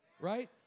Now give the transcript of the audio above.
right